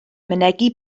mynegi